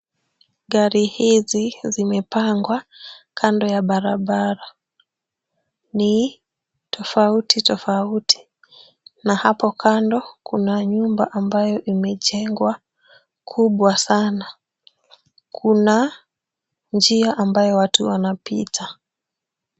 Gari hizi zimepangwa kando ya barabara,,ni tofauti tofauti na hapo kando kuna nyumba ambayo imejengwa kubwa sana. Kuna njia ambayo watu wanapita.